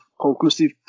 conclusive